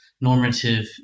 normative